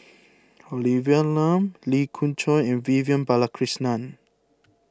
Olivia Lum Lee Khoon Choy and Vivian Balakrishnan